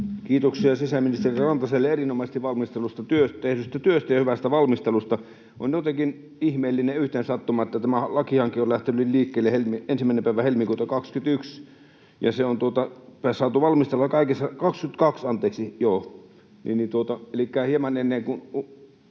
Kiitoksia sisäministeri Rantaselle erinomaisesti tehdystä työstä ja hyvästä valmistelusta. On jotenkin ihmeellinen yhteensattuma, että tämä lakihanke on lähtenyt liikkeelle 1. päivä helmikuuta 22, elikkä hieman ennen kuin